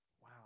Wow